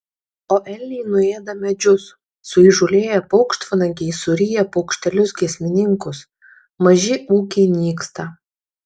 o elniai nuėda medžius suįžūlėję paukštvanagiai suryja paukštelius giesmininkus maži ūkiai nyksta